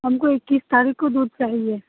हमको इक्कीस तारीख़ को दूध चाहिए